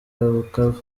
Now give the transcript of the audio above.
bukavu